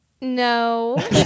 No